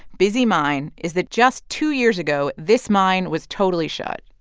busy mine is that just two years ago, this mine was totally shut.